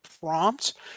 prompt